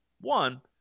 One